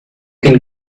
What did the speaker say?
can